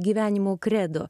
gyvenimo kredo